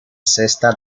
sexta